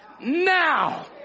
Now